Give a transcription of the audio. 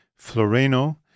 floreno